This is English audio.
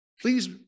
please